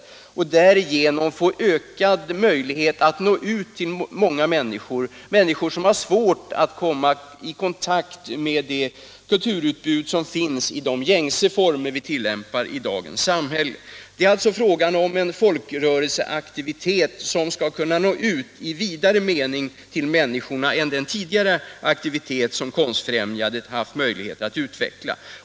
Man skulle därigenom få ökad möjlighet att nå ut till de människor som har svårt att komma i kontakt med det kulturutbud som finns i de gängse former vi tillämpar i dagens samhälle. Det är alltså fråga om en folkrörelse aktivitet som skulle kunna nå ut till människorna i vidare mening än Nr 84 genom den aktivitet som Konstfrämjandet tidigare kunnat utveckla.